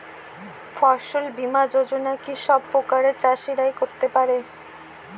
ফসল বীমা যোজনা কি সব প্রকারের চাষীরাই করতে পরে?